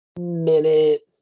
minute